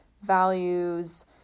values